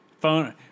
Phone